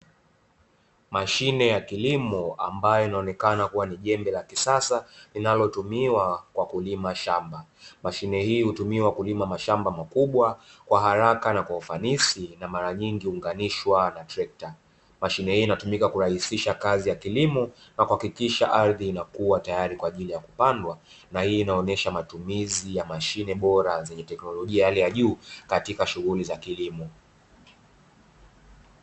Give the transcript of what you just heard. Mashine ya kilimo, ambayo inaonekana kuwa ni jembe la kisasa linalotumiwa kwa kulima shamba. Mashine hii hutumiwa kulima mashamba makubwa kwa haraka na kwa ufanisi na mara nyingi huunganishwa na trekta. Mashine hii inatumika kurahisisha kazi ya kilimo na kuhakikisha ardhi inakuwa tayari kwa ajili ya kupandwa na hii inaonyesha matumizi ya mashine bora zenye teknolojia ya hali ya juu katika shughuli za kilimo.